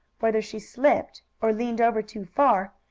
whether she slipped, or leaned over too far,